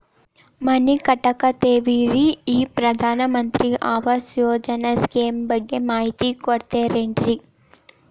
ಮನಿ ಕಟ್ಟಕತೇವಿ ರಿ ಈ ಪ್ರಧಾನ ಮಂತ್ರಿ ಆವಾಸ್ ಯೋಜನೆ ಸ್ಕೇಮ್ ಬಗ್ಗೆ ಮಾಹಿತಿ ಕೊಡ್ತೇರೆನ್ರಿ?